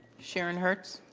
sharon hertz.